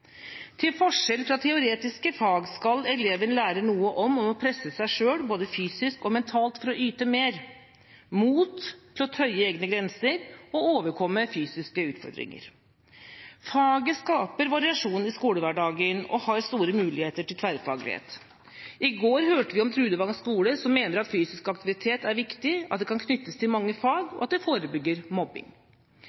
Til forskjell fra teoretiske fag skal eleven lære noe om å presse seg selv både fysisk og mentalt for å yte mer, mot til å tøye egne grenser og overkomme fysiske utfordringer. Faget skaper variasjon i skolehverdagen og har store muligheter til tverrfaglighet. I går hørte vi om Trudvang skole, som mener at fysisk aktivitet er viktig, at det kan knyttes til mange fag, og at det forebygger mobbing.